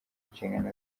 inshingano